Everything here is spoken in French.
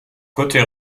côté